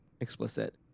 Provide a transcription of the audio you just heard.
explicit